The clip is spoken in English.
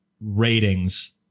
ratings